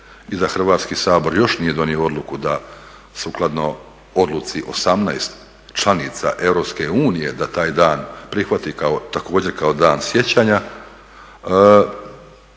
Hrvatski sabor još nije donio odluku da sukladno odluci 18 članica Europske unije da taj dan prihvati također kao dan sjećanja.